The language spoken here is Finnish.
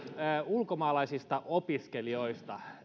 ulkomaalaisista opiskelijoista